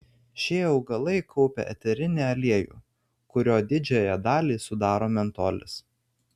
šie augalai kaupia eterinį aliejų kurio didžiąją dalį sudaro mentolis